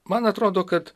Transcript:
man atrodo kad